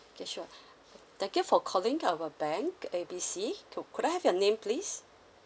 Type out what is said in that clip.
okay sure thank you for calling our bank A B C could could I have your name please